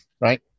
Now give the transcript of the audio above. right